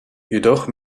jedoch